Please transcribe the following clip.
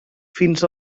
fins